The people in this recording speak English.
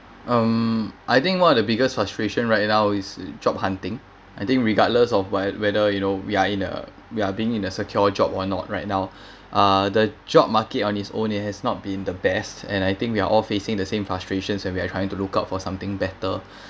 um I think one of the biggest frustration right now is job hunting I think regardless of while whether you know we're in uh we are being in a secure job or not right now uh the job market on its own it has not been the best and I think we are all facing the same frustrations when we are trying to look out for something better